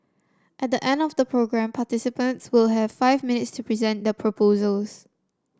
at the end of the programme participants will have five minutes to present their proposals